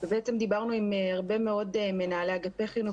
ובעצם דיברנו עם הרבה מנהלי אגפי חינוך